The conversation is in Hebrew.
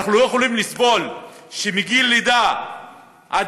אנחנו לא יכולים לסבול שמגיל לידה עד